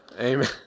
Amen